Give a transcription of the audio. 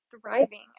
thriving